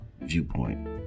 viewpoint